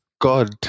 god